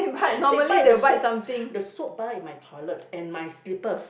they bite the soap the soap bar in my toilet and my slippers